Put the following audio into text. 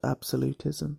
absolutism